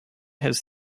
has